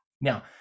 Now